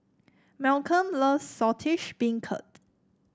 Malcom loves Saltish Beancurd